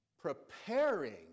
Preparing